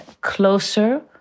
closer